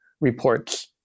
reports